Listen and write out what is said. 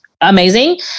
amazing